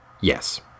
yes